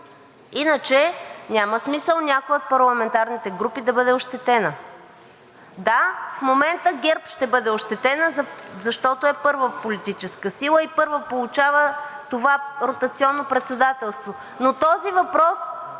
Иначе няма смисъл някоя от парламентарните групи да бъде ощетена. Да, в момента ГЕРБ ще бъде ощетена, защото е първа политическа сила и първа получава това ротационно председателство. Но този въпрос